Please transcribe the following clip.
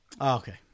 Okay